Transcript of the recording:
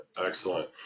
Excellent